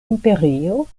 imperio